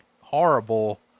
horrible